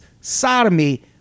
sodomy